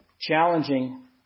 challenging